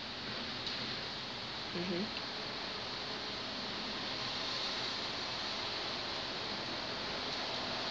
mmhmm